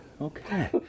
Okay